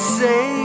say